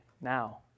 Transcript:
now